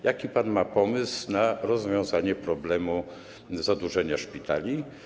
Jaki ma pan pomysł na rozwiązanie problemu zadłużenia szpitali?